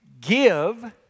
give